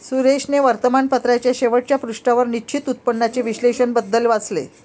सुरेशने वर्तमानपत्राच्या शेवटच्या पृष्ठावर निश्चित उत्पन्नाचे विश्लेषण बद्दल वाचले